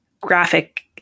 graphic